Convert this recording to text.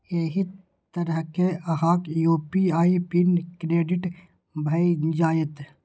एहि तरहें अहांक यू.पी.आई पिन क्रिएट भए जाएत